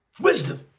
Wisdom